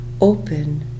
open